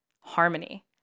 Harmony